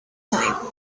time